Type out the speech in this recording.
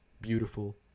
beautiful